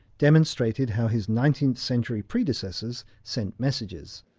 demonstrated how his nineteenth century predecessors sent messages.